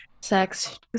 sex